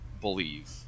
believe